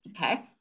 Okay